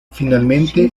finalmente